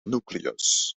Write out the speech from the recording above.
nucleus